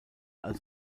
als